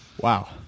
wow